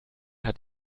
hat